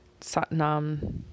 Satnam